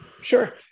Sure